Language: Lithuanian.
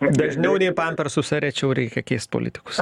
dažniau nei pampersus ar rečiau reikia keist politikus